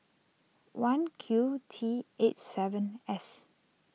one Q T eight seven S